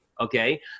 okay